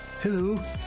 Hello